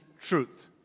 truth